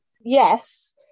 yes